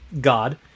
god